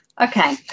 Okay